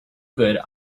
good